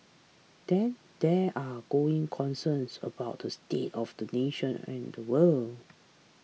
then there are growing concerns about the state of the nation and the world